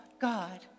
God